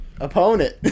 Opponent